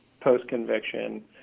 post-conviction